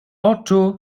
oczu